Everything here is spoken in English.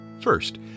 First